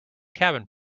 cabin